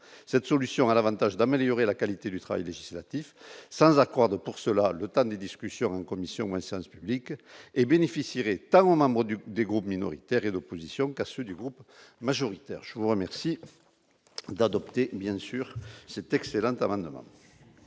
cette solution a l'Avantage d'améliorer la qualité du travail législatif sans croire de pour cela, le temps des discussions en commission et séances publiques et bénéficierait talons Membre du des groupes minoritaires et d'opposition, ceux du groupe majoritaire, je vous remercie d'adopter, bien sûr, c'est excellent amendement.